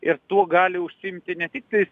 ir tuo gali užsiimti ne tiktais